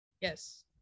Yes